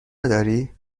نداری